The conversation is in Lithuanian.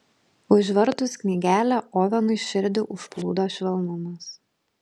užvertus knygelę ovenui širdį užplūdo švelnumas